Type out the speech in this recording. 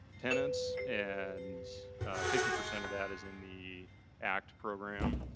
tenants. and fifty percent of that is in the act program,